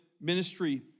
ministry